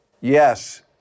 Yes